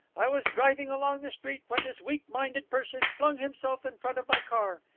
i was driving along the street when this weak-minded person flung himself in front of my car.